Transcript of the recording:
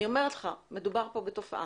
אני אומרת לך שמדובר כאן בתופעה.